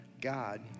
God